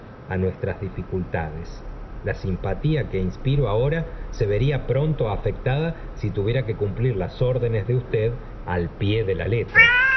á nuestras dificultades la simpatía que inspiro ahora se vería pronto afectada si tuviera que cumplir las ordenes de usted al pie de la letra